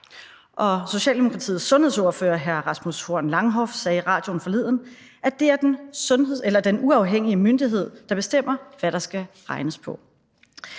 Socialdemokratiets sundhedsordfører, hr. Rasmus-Horn Langhoff, sagde i radioen forleden, at det er den uafhængige myndighed, der bestemmer, hvad der skal regnes på.